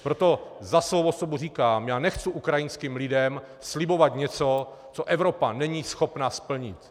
Proto za svou osobu říkám: Já nechci ukrajinským lidem slibovat něco, co Evropa není schopna splnit.